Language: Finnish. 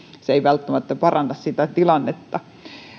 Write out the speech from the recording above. se ei välttämättä paranna sitä tilannetta